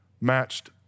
matched